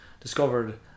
discovered